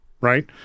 right